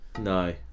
No